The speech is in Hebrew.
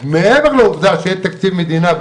מעבר לעובדה שאין תקציב מדינה,